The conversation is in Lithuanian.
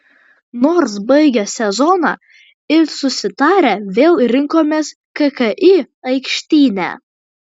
nors baigę sezoną it susitarę vėl rinkomės kki aikštyne